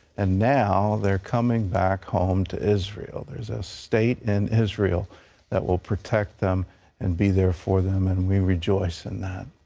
and now they're coming back home to israel. there is a state in israel that will protect them and be there for them, and we rejoice in that.